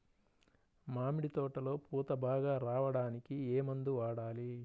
మామిడి తోటలో పూత బాగా రావడానికి ఏ మందు వాడాలి?